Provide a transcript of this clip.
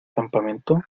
campamento